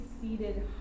seated